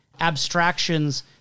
abstractions